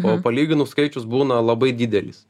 o palyginus skaičius būna labai didelis